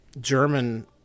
German